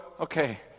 okay